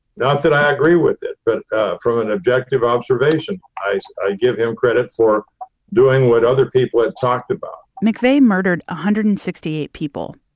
not that i agree with it, but from an objective observation, i i give him credit for doing what other people had talked about mcveigh murdered one ah hundred and sixty eight people,